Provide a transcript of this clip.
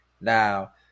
Now